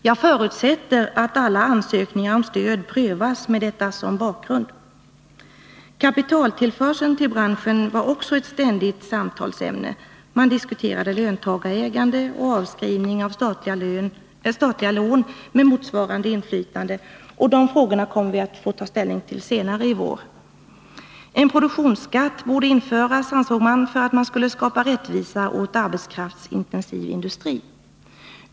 Jag förutsätter att alla ansökningar om stöd prövas med detta som bakgrund. Kapitaltillförseln till branschen var också ett ständigt samtalsämne. Man diskuterade löntagarägande och avskrivningar av statliga lån, med motsvarande inflytande. Dessa frågor kommer vi att få ta ställning till senare i vår. Man ansåg att det borde införas en produktionsskatt för att skapa rättvisa åt arbetskraftsintensiv industri.